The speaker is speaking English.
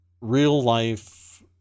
real-life